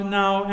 now